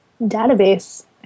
Database